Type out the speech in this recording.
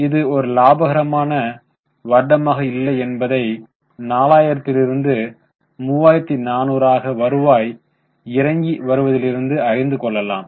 இது ஒரு லாபகரமான வருடமாக இல்லை என்பதை 4000 லிருந்து 3400 ஆக வருவாய் இறங்கி வருவதிலிருந்து அறிந்து கொள்ளலாம்